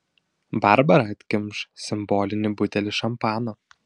barbara atkimš simbolinį butelį šampano